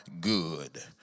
good